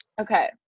Okay